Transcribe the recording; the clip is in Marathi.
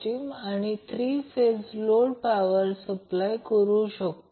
मग ZLRL j XL इथे सर्किट आहे